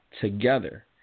together